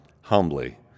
humbly